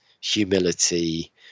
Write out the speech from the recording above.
humility